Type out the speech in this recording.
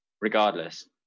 regardless